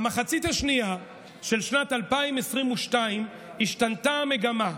במחצית השנייה של שנת 2022 השתנתה המגמה,